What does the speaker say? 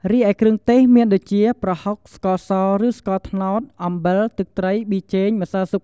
រីឯ គ្រឿងទេស មានដូចជា ប្រហុក ស្ករស ឬស្ករត្នោត អំបិល ទឹកត្រី ប៊ីចេង ម្សៅស៊ុប។